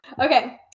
Okay